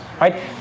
right